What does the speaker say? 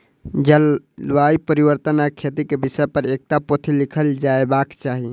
जलवायु परिवर्तन आ खेती के विषय पर एकटा पोथी लिखल जयबाक चाही